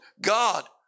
God